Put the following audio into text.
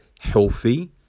healthy